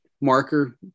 marker